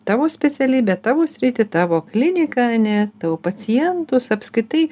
tavo specialybę tavo sritį tavo kliniką ar ne tavo pacientus apskritai